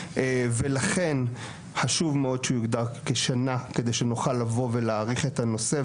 ולכן חשוב מאוד שיוגדר כשנה כדי שנוכל לבוא ולהעריך את הנושא,